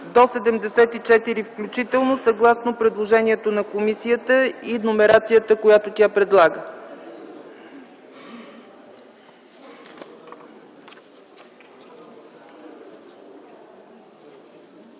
до 74 включително съгласно предложението на комисията и номерацията, която тя предлага.